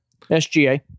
SGA